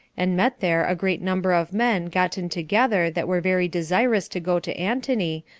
and met there a great number of men gotten together that were very desirous to go to antony,